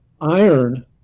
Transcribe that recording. iron